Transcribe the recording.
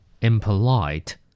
Impolite